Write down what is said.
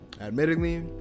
admittedly